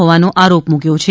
હોવાનો આરોપ મૂક્યો છે